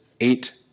eight